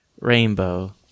rainbow